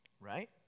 right